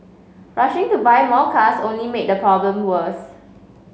rushing to buy more cars only made the problem worse